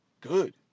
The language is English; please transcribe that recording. good